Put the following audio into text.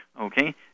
Okay